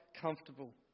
comfortable